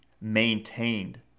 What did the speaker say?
maintained